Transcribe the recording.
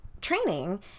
training